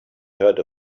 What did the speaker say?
heard